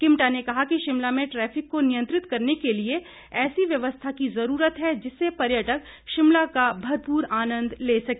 किमटा ने कहा कि शिमला में ट्रैफिक को नियंत्रित करने के लिए ऐसी व्यवस्था की जरूरत है जिससे पर्यटक शिमला का भरपूर आनंद ले सके